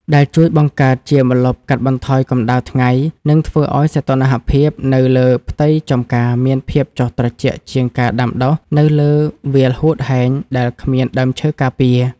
ដែលជួយបង្កើតជាម្លប់កាត់បន្ថយកម្ដៅថ្ងៃ និងធ្វើឱ្យសីតុណ្ហភាពនៅលើផ្ទៃចម្ការមានភាពចុះត្រជាក់ជាងការដាំដុះនៅលើវាលហួតហែងដែលគ្មានដើមឈើការពារ។